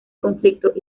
conflicto